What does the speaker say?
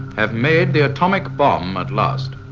have made the atomic bomb at last.